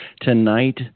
tonight